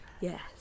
Yes